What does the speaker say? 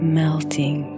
melting